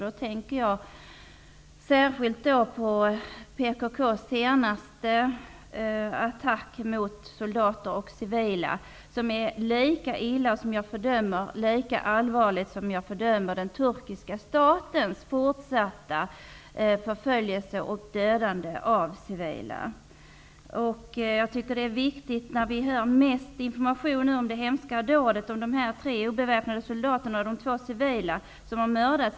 Jag tänker då särskilt på PKK:s senaste attack mot soldater och civila, som måste fördömas och anses som lika allvarlig som den turkiska statens fortsatta förföljelser och dödande av civila. Vi får nu mest information om det hemska dådet mot de tre obeväpnade soldaterna och de två civila som har mördats.